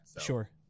Sure